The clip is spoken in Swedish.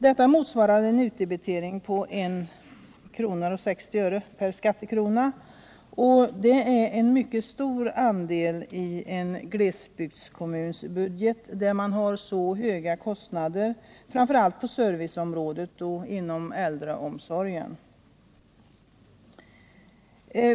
Det motsvarar en utdebitering på 1,60 skattekronor, och det är en mycket stor andel i en glesbygdskommuns budget, där man har så höga kostnader på framför allt serviceområdet och inom äldreomsorgen.